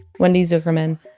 wendy zukerman,